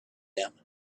them